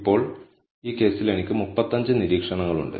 ഇപ്പോൾ ഈ കേസിൽ എനിക്ക് 35 നിരീക്ഷണങ്ങളുണ്ട്